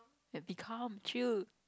you have to be calm chill